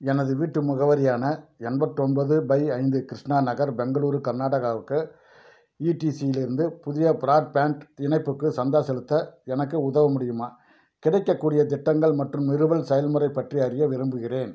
எனது வீட்டு முகவரியான எண்பத்து ஒம்போது பை ஐந்து கிருஷ்ணா நகர் பெங்களூரு கர்நாடகாவுக்கு ஈ டி சி இலிருந்து புதிய பிராட்பேண்ட் இணைப்புக்கு சந்தா செலுத்த எனக்கு உதவ முடியுமா கிடைக்கக்கூடிய திட்டங்கள் மற்றும் நிறுவல் செயல்முறை பற்றி அறிய விரும்புகிறேன்